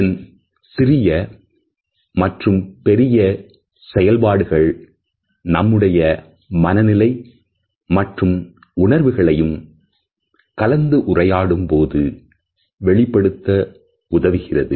இதன் சிறிய மற்றும் பெரிய செயல்பாடுகள் நம்முடைய மனநிலை மற்றும் உணர்வுகளையும் கலந்துரையாடும் போது வெளிப்படுத்த உதவுகிறது